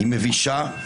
מבישה,